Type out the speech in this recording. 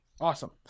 Awesome